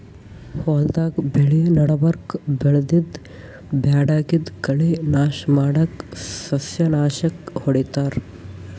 ಹೊಲ್ದಾಗ್ ಬೆಳಿ ನಡಬರ್ಕ್ ಬೆಳ್ದಿದ್ದ್ ಬ್ಯಾಡಗಿದ್ದ್ ಕಳಿ ನಾಶ್ ಮಾಡಕ್ಕ್ ಸಸ್ಯನಾಶಕ್ ಹೊಡಿತಾರ್